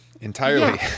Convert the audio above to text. Entirely